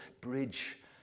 bridge